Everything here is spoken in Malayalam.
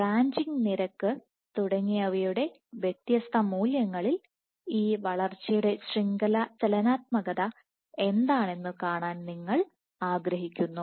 ബ്രാഞ്ചിംഗ് നിരക്ക് തുടങ്ങിയവയുടെ വ്യത്യസ്ത മൂല്യങ്ങളിൽ ഈ വളർച്ചയുടെ ശൃംഖല ഡൈനാമിക്സ് എന്താണെന്നു കാണാൻ നിങ്ങൾ ആഗ്രഹിക്കുന്നു